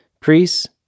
priests